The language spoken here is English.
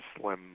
Slim